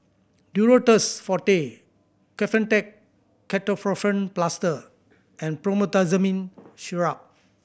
Duro Tuss Forte Kefentech Ketoprofen Plaster and Promethazine Syrup